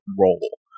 role